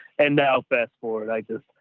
and now fast forward, i just,